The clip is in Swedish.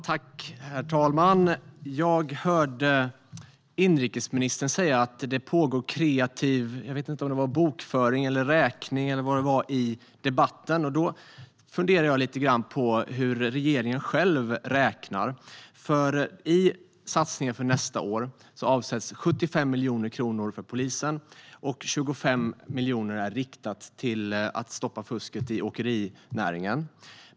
Herr talman! Jag hörde inrikesministern säga att det pågår kreativ bokföring eller om det var räkning i debatten. Då funderar jag lite grann på hur regeringen själv räknar. I satsningen för nästa år avsätts 75 miljoner kronor för polisen, och 25 miljoner är riktat till att stoppa fusket i åkerinäringen.